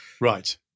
Right